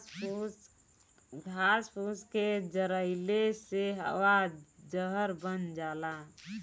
घास फूस के जरइले से हवा जहर बन जाला